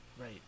Right